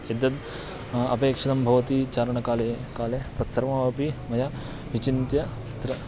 यद्यद् अपेक्षितं भवति चारणकाले काले तत्सर्वमपि मया विचिन्त्य तत्र